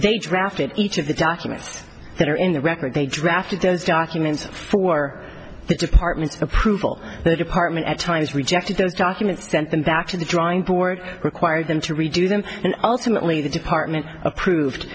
they drafted each of the documents that are in the record they drafted those documents for the department of approval the department at times rejected those documents sent them back to the drawing board required them to redo them and ultimately the department approved